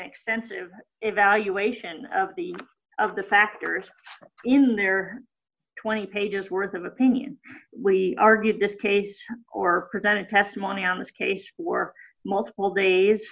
extensive evaluation of the of the factors in their twenty pages worth of opinion we argued this case or presented testimony on this case for multiple days